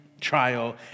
trial